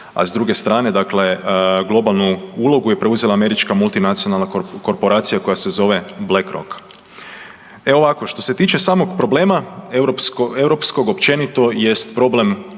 a s druge strane, dakle globalnu ulogu je preuzela američka multinacionalna korporacija koja se zove BlackRock. E ovako, što se tiče samog problema, europskog općenito jest problem